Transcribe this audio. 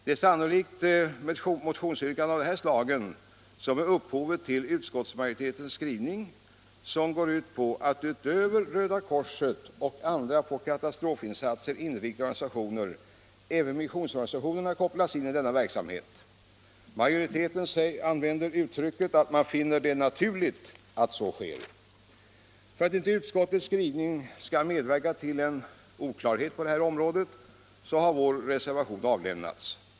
Det är sannolikt motionsyrkanden av detta slag som är upphovet till utskottsmajoritetens skrivning, som går ut på att, utöver Röda korset och andra på katastrofinsatser inriktade organisationer, även missionsorganisationerna kopplas in i denna verksamhet. Majoriteten använder uttrycket att man finner det ”naturligt” att så sker. För att inte utskottets skrivning skall leda till en oklarhet på detta område har vår reservation avlämnats.